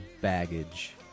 baggage